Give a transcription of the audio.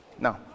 No